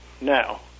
now